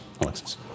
Alexis